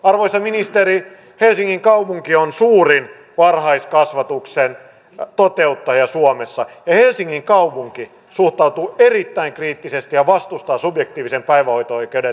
arvoisa ministeri helsingin kaupunki on suurin varhaiskasvatuksen toteuttaja suomessa ja helsingin kaupunki suhtautuu erittäin kriittisesti subjektiivisen päivähoito oikeuden leikkaamiseen ja vastustaa sitä